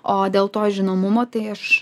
o dėl to žinomumo tai aš